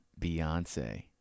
Beyonce